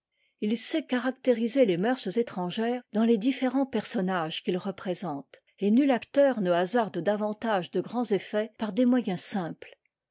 il sait caractériser les moeurs étrangères dans tes différents personnages qu'il représente et nul acteur ne hasarde davantage de grands effets par des moyens sim